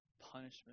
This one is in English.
punishment